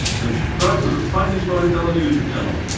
then subscribe to the finance storyteller youtube channel!